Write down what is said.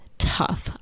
Tough